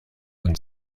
und